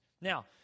Now